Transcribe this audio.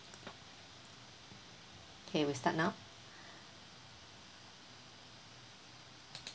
okay we start now